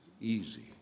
easy